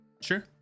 Sure